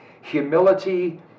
humility